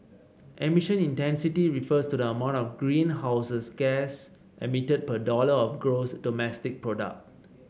emission intensity refers to the amount of greenhouses gas emitted per dollar of gross domestic product